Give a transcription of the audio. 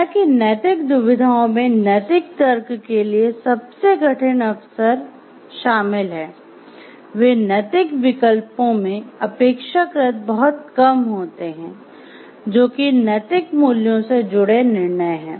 हालांकि नैतिक दुविधाओं में नैतिक तर्क के लिए सबसे कठिन अवसर शामिल हैं वे नैतिक विकल्पों में अपेक्षाकृत बहुत कम होते हैं जो कि नैतिक मूल्यों से जुड़े निर्णय हैं